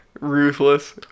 Ruthless